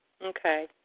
Okay